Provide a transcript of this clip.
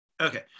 Okay